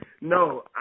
no